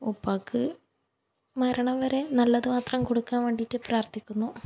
ഉപ്പാക്ക് മരണം വരെ നല്ലത് മാത്രം കൊടുക്കാൻ വേണ്ടീട്ട് പ്രാർത്ഥിക്കുന്നു